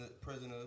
prisoners